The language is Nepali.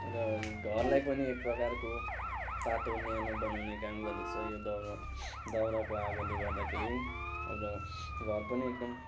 र घरलाई पनि एक प्रकारको तातो न्यानो बनाउने काम गर्दछ यो दाउरा दाउराको आगोले गर्दाखेरि र घर पनि एकदम